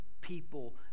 people